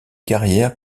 carrière